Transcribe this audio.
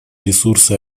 ресурсы